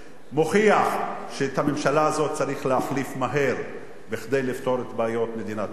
מוכיח שאת הממשלה הזאת צריך להחליף מהר כדי לפתור את בעיות מדינת ישראל.